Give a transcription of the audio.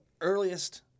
earliest